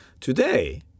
Today